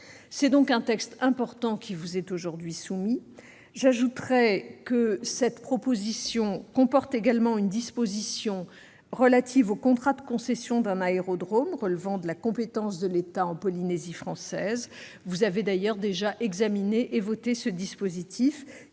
C'est donc un texte important qui vous est soumis aujourd'hui. J'ajouterai que cette proposition de loi comporte également une disposition relative au contrat de concession d'un aérodrome relevant de la compétence de l'État en Polynésie française. Vous avez d'ailleurs déjà examiné et voté ce dispositif,